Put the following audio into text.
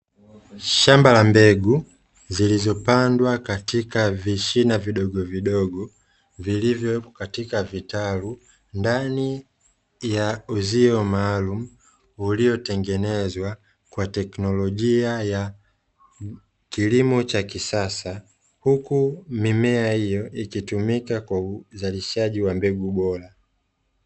Shamba la mbegu zilizopandwa katika vishina vidogovidogo vilivyo katika vitalu ndani ya uzio maalumu, uliotengenezwa kwa teknolojia ya kilimo cha kisasa. Huku mimea hiyo ikitumika kwa uzalishaji wa mbegu bora.